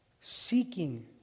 seeking